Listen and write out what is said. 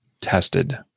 tested